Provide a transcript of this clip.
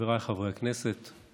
חבריי חברי הכנסת,